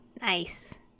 Nice